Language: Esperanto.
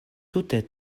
tute